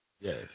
Yes